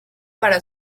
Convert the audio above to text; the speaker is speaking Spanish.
para